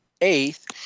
eighth